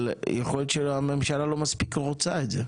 אבל יכול להיות שהממשלה לא מספיק רוצה את זה.